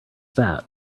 that